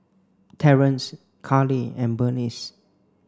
Terance Carlie and Bernice